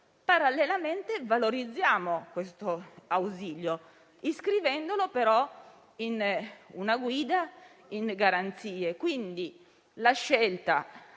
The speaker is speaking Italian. Parallelamente, valorizziamo questo ausilio, iscrivendolo però in una guida, in garanzie. Credo quindi che la scelta